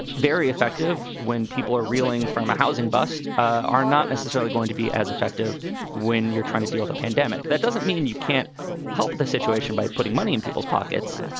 very effective when people are reeling from a housing bust are not necessarily going to be as effective when you're trying to deal with a pandemic. that doesn't mean you can't help the situation by putting money in people's pockets,